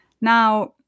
Now